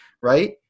right